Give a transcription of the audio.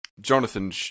Jonathan